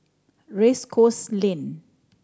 Race Course Lane